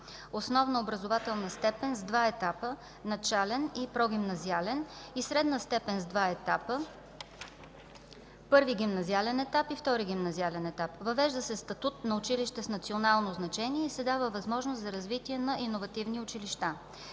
основна образователна степен с два етапа: начален и прогимназиален, и средна степен с два етапа: първи гимназиален етап и втори гимназиален етап. Въвежда се статут на училище с национално значение и се дава възможност за развитие на иновативни училища.